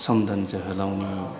सोमदोन जोहोलावनि